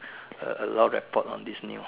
a a lot of rapport on this new